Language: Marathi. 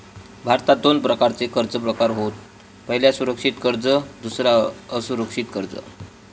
भारतात दोन प्रकारचे कर्ज प्रकार होत पह्यला सुरक्षित कर्ज दुसरा असुरक्षित कर्ज